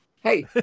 Hey